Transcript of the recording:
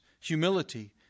humility